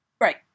Right